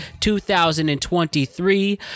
2023